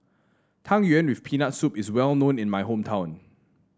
Tang Yuen with Peanut Soup is well known in my hometown